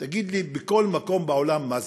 תגיד לי, בכל מקום בעולם מה זה?